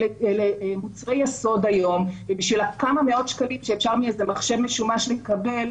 אלה מוצרים יסוד היום ובשביל הכמה מאות שקלים שאפשר ממחשב משומש לקבל,